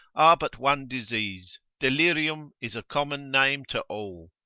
are but one disease, delirium is a common name to all.